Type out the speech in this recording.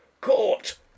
Caught